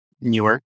newer